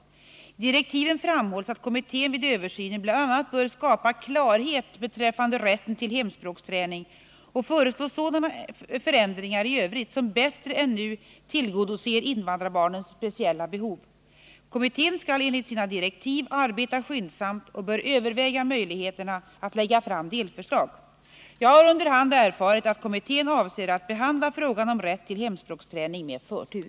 I direktiven framhålls att kommittén vid översynen bl.a. bör skapa klarhet beträffande rätten till hemspråksträning och föreslå sådana förändringar i övrigt som bättre än nu tillgodoser invandrarbarnens speciella behov. Kommittén skall enligt sina direktiv arbeta skyndsamt och bör överväga möjligheterna att lägga fram delförslag. Jag har under hand erfarit att kommittén avser att behandla frågan om rätt till hemspråksträning med förtur.